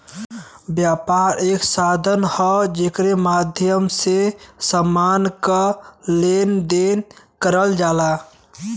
व्यापार एक साधन हौ जेकरे माध्यम से समान क लेन देन करल जाला